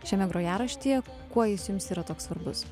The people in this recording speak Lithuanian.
šiame grojaraštyje kuo jis jums yra toks svarbus